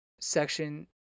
section